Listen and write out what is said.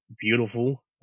beautiful